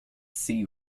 sea